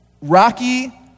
rocky